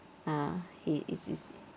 ah he is is